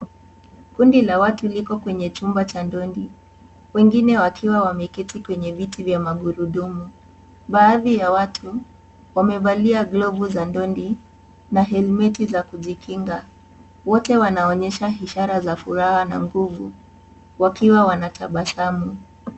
Kundi la watu liko kwenye chumba cha dondi, wengine wakiwa wameketi kwenye viti vya magurudumu, baadhi ya watu wamevalia glovu za dondi na helmeti za kujikinga, wote wanaonyesha ishara za furaha na nguvu wakiwa wanatabasamu.